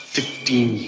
Fifteen